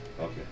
Okay